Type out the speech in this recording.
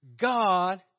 God